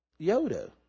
Yoda